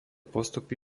postupy